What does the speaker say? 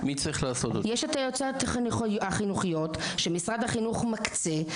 יש את היועצות החינוכיות שמשרד החינוך מקצה,